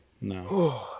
No